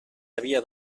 havia